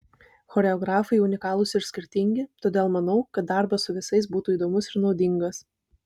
choreografai unikalūs ir skirtingi todėl manau kad darbas su visais būtų įdomus ir naudingas